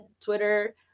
Twitter